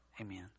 Amen